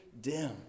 dim